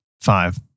Five